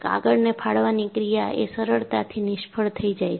કાગળને ફાડવાની ક્રિયા એ સરળતાથી નિષ્ફળ થઈ જાય છે